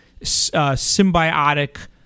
symbiotic